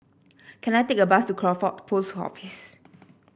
can I take a bus to Crawford Post Office